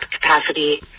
capacity